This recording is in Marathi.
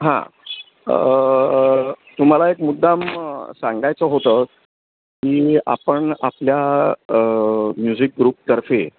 हां तुम्हाला एक मुद्दाम सांगायचं होतं की आपण आपल्या म्युझिक ग्रुपतर्फे